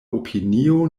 opinio